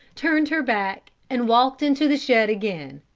turned her back and walked into the shed again.